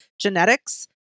genetics